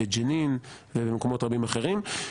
בג'נין ובמקומות רבים אחרים.